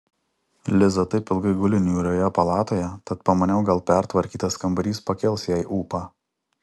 liza taip ilgai guli niūrioje palatoje tad pamaniau gal pertvarkytas kambarys pakels jai ūpą